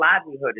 livelihood